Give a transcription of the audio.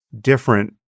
different